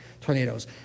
tornadoes